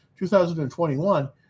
2021